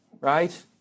right